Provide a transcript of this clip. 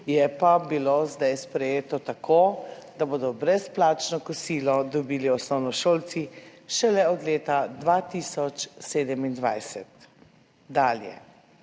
je pa bilo zdaj sprejeto tako, da bodo brezplačno kosilo dobili osnovnošolci šele od leta 2027 dalje.